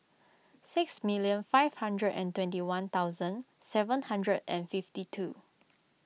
six million five hundred and twenty one thousand seven hundred and fifty two